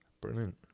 Brilliant